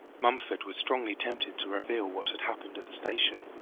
mumford was strongly tempted to reveal what had happened at the station,